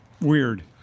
weird